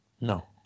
no